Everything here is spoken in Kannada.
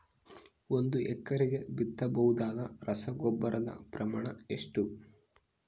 ಒಂದು ಎಕರೆಗೆ ಬಿತ್ತಬಹುದಾದ ರಸಗೊಬ್ಬರದ ಪ್ರಮಾಣ ಎಷ್ಟು?